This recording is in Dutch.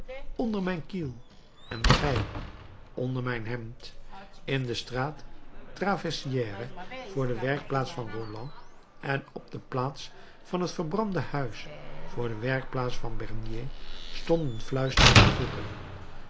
onder mijn kiel en gij onder mijn hemd in de straat traversière voor de werkplaats van roland en op de plaats van het verbrande huis voor de werkplaats van bernier stonden fluisterende groepen